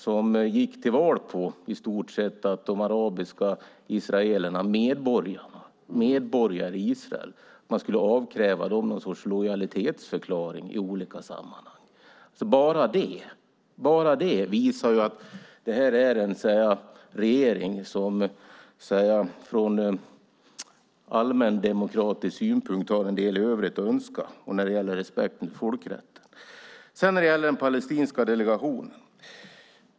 Han gick i stort sett till val på att de arabiska israeliska medborgarna - medborgare i Israel - skulle avkrävas någon sorts lojalitetsförklaring i olika sammanhang. Bara det visar att detta är en regering som från allmändemokratisk synpunkt lämnar en del övrigt att önska när det gäller respekt för folkrätten. Sedan gäller det den palestinska delegationen.